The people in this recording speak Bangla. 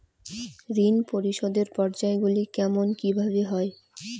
ঋণ পরিশোধের পর্যায়গুলি কেমন কিভাবে হয়?